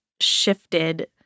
shifted